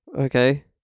Okay